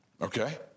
okay